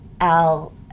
Al